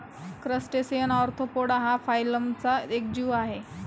crustacean arthropoda हा फायलमचा एक जीव आहे